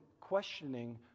questioning